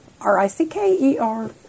R-I-C-K-E-R